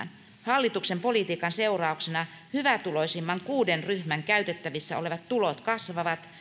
hallituksen politiikan seurauksena hyvätuloisimman kuuden ryhmän käytettävissä olevat tulot kasvavat